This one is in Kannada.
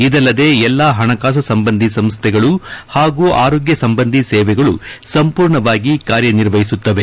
ಇದಲ್ಲದೆ ಎಲ್ಲಾ ಹಣಕಾಸು ಸಂಬಂಧಿ ಸಂಸ್ಥೆಗಳು ಹಾಗೂ ಆರೋಗ್ಯ ಸಂಬಂಧಿ ಸೇವೆಗಳು ಸಂಪೂರ್ಣವಾಗಿ ಕಾರ್ಯ ನಿರ್ವಹಿಸುತ್ತದೆ